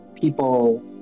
people